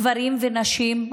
גברים ונשים,